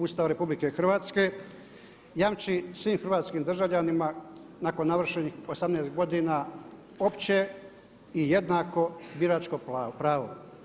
Ustava RH jamči svim hrvatskim državljanima nakon navršenih 18 godina opće i jednako biračko pravo.